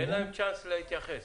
תן להם צ'אנס להתייחס.